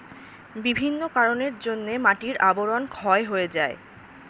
বিভিন্ন কারণের জন্যে মাটির আবরণ ক্ষয় হয়ে যায়